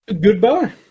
goodbye